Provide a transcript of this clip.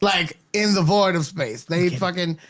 like in the void of space, they fucking,